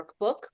workbook